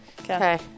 Okay